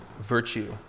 virtue